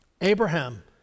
Abraham